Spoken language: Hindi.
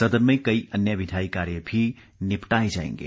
सदन में कई अन्य विधायी कार्य भी निपटाए जाएंगे